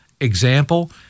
example –